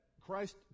Christ